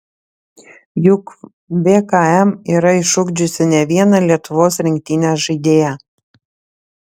juk vkm yra išugdžiusi ne vieną lietuvos rinktinės žaidėją